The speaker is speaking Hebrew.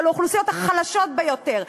לאוכלוסיות החלשות ביותר,